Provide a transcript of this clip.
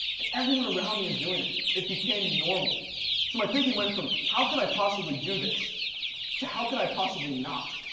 and everyone around me was doing it. it became normal, so my thinking went from how could i possibly do this to how could i possibly not.